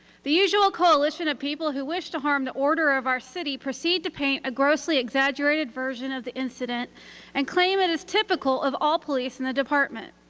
the usual coalition of people who wish to harm the order of our city proceed to paint a grossly exaggerated version of the incident and claim it is typical of all police in the department.